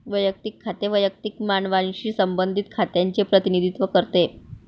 वैयक्तिक खाते वैयक्तिक मानवांशी संबंधित खात्यांचे प्रतिनिधित्व करते